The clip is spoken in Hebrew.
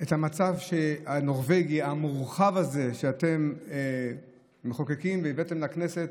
את המצב הנורבגי המורחב הזה שאתם מחוקקים והבאתם לכנסת